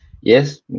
Yes